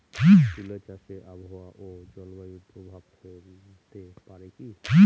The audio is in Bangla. তুলা চাষে আবহাওয়া ও জলবায়ু প্রভাব ফেলতে পারে কি?